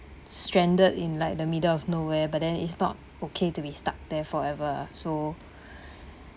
stranded in like the middle of nowhere but then it's not okay to be stuck there forever so